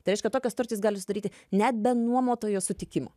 tai reiškia tokią sutartį jis gali sudaryti net be nuomotojo sutikimo